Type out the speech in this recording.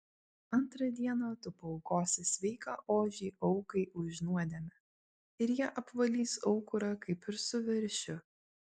antrą dieną tu paaukosi sveiką ožį aukai už nuodėmę ir jie apvalys aukurą kaip ir su veršiu